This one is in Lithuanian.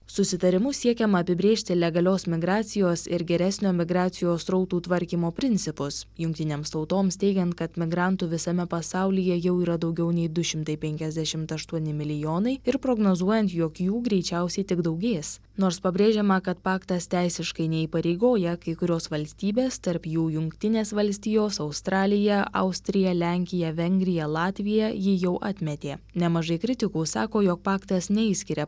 susitarimu siekiama apibrėžti legalios migracijos ir geresnio migracijos srautų tvarkymo principus jungtinėms tautoms teigiant kad migrantų visame pasaulyje jau yra daugiau nei du šimtai penkiasdešimt aštuoni milijonai ir prognozuojant jog jų greičiausiai tik daugės nors pabrėžiama kad paktas teisiškai neįpareigoja kai kurios valstybės tarp jų jungtinės valstijos australija austrija lenkija vengrija latvija jį jau atmetė nemažai kritikų sako jog paktas neišskiria